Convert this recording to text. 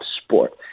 sport